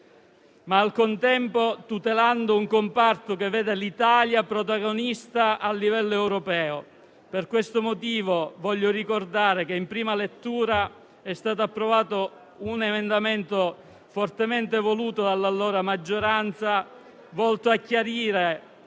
e, al contempo, tutelando un comparto che vede l'Italia protagonista a livello europeo. Per questo motivo, voglio ricordare che in prima lettura è stato approvato un emendamento fortemente voluto dall'allora maggioranza, volto a chiarire